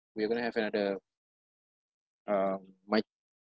we are going to have another um my